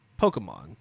Pokemon